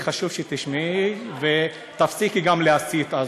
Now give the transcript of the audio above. חשוב שתשמעי, ותפסיקי גם להסית.